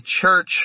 church